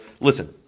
listen